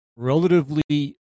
relatively